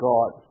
God